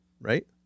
Right